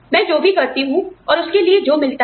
मैं जो भी करती हूं और उसके लिए जो मिलता है